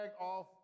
off